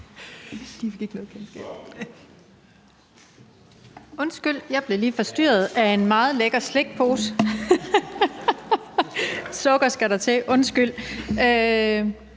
Undskyld, jeg blev lige forstyrret af en meget lækker slikpose. Sukker skal der til.